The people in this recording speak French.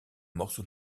morceau